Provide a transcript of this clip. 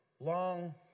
Long